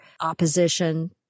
opposition